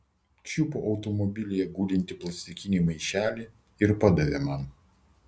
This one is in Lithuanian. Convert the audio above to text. čiupo automobilyje gulintį plastikinį maišelį ir padavė man